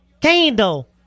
Candle